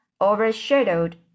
overshadowed